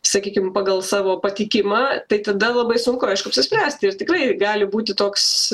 sakykim pagal savo patikimą tai tada labai sunku aišku apsispręsti ir tikrai gali būti toks